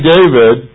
David